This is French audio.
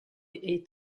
est